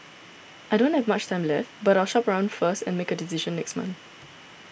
I don't have much time left but I'll shop around first and make a decision next month